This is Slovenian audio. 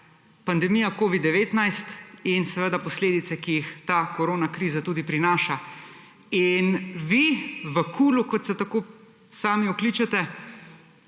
Pandemija COVID-19 in seveda posledice, ki jih ta korona kriza tudi prinaša. In vi v KUL-u, kot se tako sami okličete,